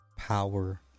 Power